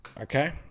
okay